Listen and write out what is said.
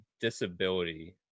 disability